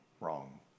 wrong